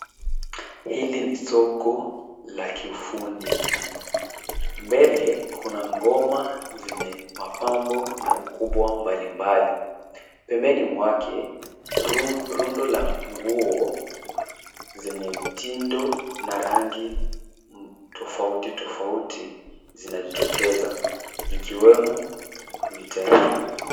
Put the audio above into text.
Hili ni soko la kiufundi. Mbele kuna ngoma zenye mapambo na ukubwa mbalimbali. Pembeni mwake rundo la nguo zenye mtindo na rangi tofauti tofauti zinajitokeza zikiwemo vitenge.